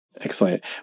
Excellent